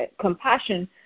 compassion